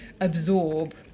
absorb